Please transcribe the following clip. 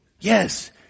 Yes